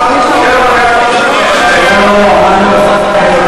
19:15. לא, לא, לא.